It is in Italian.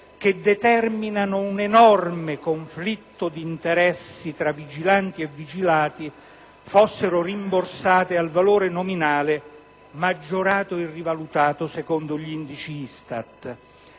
che determinano un enorme conflitto di interesse tra vigilanti e vigilati, fossero rimborsate al valore nominale maggiorato e rivalutato secondo gli indici ISTAT.